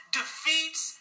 defeats